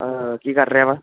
ਕੀ ਕਰ ਰਿਹਾ ਵਾ